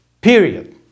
period